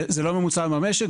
זה לא הממוצע במשק,